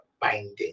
binding